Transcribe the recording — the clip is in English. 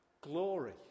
glory